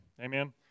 Amen